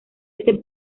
este